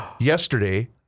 yesterday